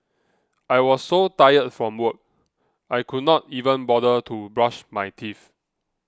I was so tired from work I could not even bother to brush my teeth